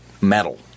metal